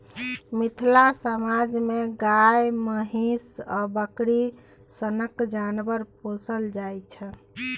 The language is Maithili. मिथिला समाज मे गाए, महीष आ बकरी सनक जानबर पोसल जाइ छै